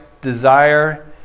desire